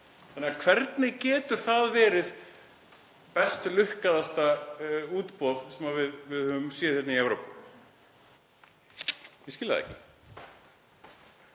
söluaðilum. Hvernig getur það verið best lukkaðasta útboð sem við höfum séð í Evrópu? Ég skil það ekki.